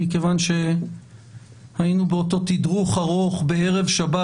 מכיוון שהיינו באותו תדרוך ארוך בערב שבת,